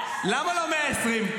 למה לא 120?